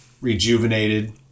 rejuvenated